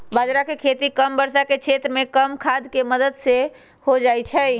बाजरा के खेती कम वर्षा के क्षेत्र में और कम खाद के मदद से हो जाहई